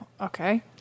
Okay